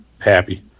happy